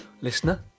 listener